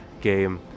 game